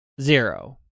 zero